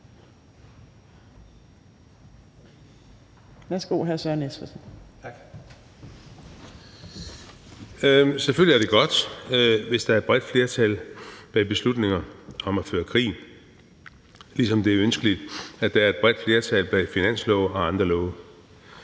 Selvfølgelig er det godt, hvis der er et bredt flertal bag beslutninger om at føre krig, ligesom det er ønskeligt, at der er et bredt flertal bag finanslove og andre love.